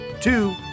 Two